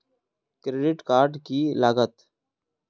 Credit card की लागत?